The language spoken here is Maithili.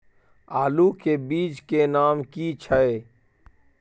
आलू के बीज के नाम की छै?